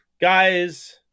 Guys